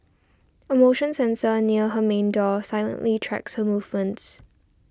a motion sensor near her main door silently tracks her movements